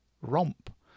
romp